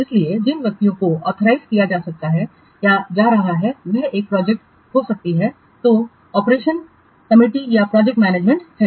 इसलिए जिन व्यक्तियों को ऑथराइज किया जा रहा है वह एक प्रोजेक्ट हो सकती है जो संचालन समिति या प्रोजेक्ट मैनेजमेंट है